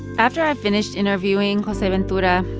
after i finished interviewing joseventura,